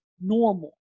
normal